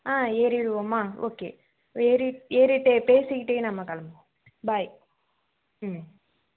ஆ ஏறிருவோமா ஓகே ஏறி ஏறிகிட்டே பேசிக்கிட்டே நம்ம கிளம்புவோம் பாய் ம்